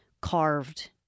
carved